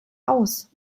aus